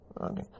Okay